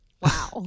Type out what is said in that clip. Wow